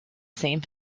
same